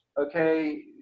okay